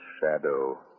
shadow